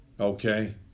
okay